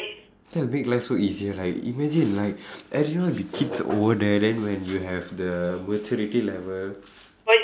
that will make life so easier right imagine like everyone will be kids over there then when you have the maturity level